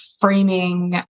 framing